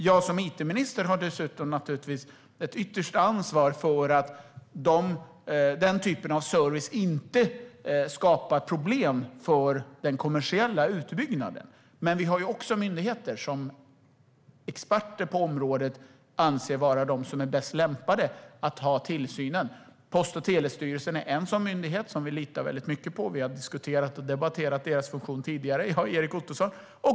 Jag som it-minister har dessutom ett yttersta ansvar för att den typen av service inte skapar problem för den kommersiella utbyggnaden. Vi har också myndigheter som experter på området anser vara de som är mest lämpade att ha tillsynen. Post och telestyrelsen är en sådan myndighet som vi litar väldigt mycket på. Vi har diskuterat och debatterat dess funktion tidigare jag och Erik Ottoson.